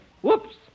Whoops